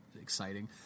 Exciting